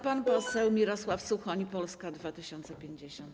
Pan poseł Mirosław Suchoń, Polska 2050.